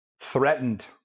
Threatened